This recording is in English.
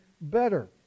better